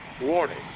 Warning